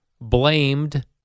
blamed